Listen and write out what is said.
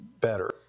better